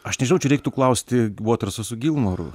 aš nežinau čia reiktų klausti vaterso su gilmoru